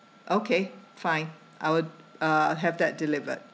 okay fine I would uh have that delivered